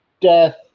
death